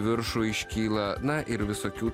viršų iškyla na ir visokių